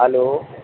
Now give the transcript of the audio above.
hello